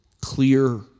clear